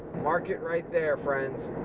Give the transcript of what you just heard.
mark it right there, friends.